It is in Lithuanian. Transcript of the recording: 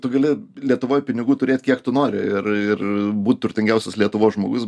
tu gali lietuvoj pinigų turėt kiek tu nori ir ir būt turtingiausias lietuvos žmogus